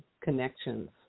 connections